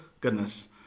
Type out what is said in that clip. goodness